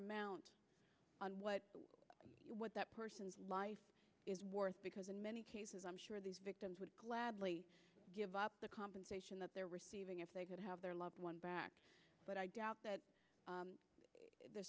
amount on what that person's life is worth because in many cases i'm sure these victims would gladly give up the compensation that they're receiving if they could have their loved one back but i doubt that